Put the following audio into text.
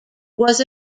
was